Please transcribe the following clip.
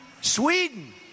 Sweden